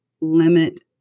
limit